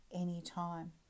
anytime